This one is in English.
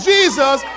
Jesus